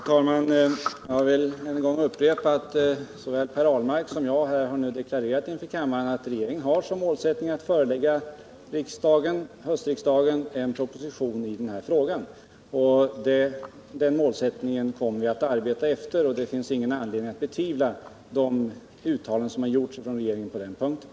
Herr talman! Jag vill än en gång säga att både Per Ahlmark och jag inför kammarens ledamöter har deklarerat att regeringen har målet att förelägga höstriksdagen en proposition i denna fråga. Med det målet som utgångspunkt kommer vi att arbeta, och det finns ingen anledning att betvivla uttalanden som regeringen gjort på den punkten.